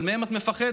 אבל מהם את מפחדת,